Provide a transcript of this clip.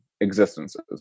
existences